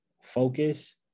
focus